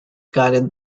guided